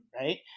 right